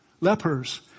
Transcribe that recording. lepers